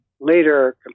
later